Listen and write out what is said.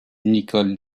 nicol